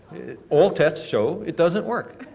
all tests show it doesn't work.